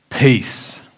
Peace